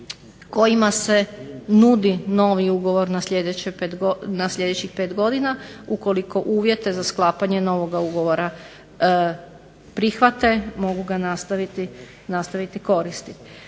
kojima se nudi novi ugovor na sljedećih 5 godina ukoliko uvjete za sklapanje novoga ugovora prihvate mogu ga nastaviti koristi.